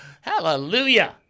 Hallelujah